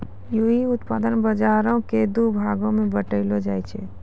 व्युत्पादन बजारो के दु भागो मे बांटलो जाय छै